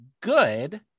good